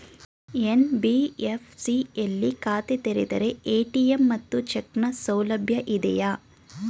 NBFC ಯಲ್ಲಿ ಖಾತೆ ತೆರೆದರೆ ಎ.ಟಿ.ಎಂ ಮತ್ತು ಚೆಕ್ ನ ಸೌಲಭ್ಯ ಇದೆಯಾ?